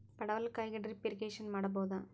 ಪಡವಲಕಾಯಿಗೆ drip irrigation ಮಾಡಬೋದ?